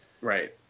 Right